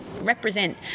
represent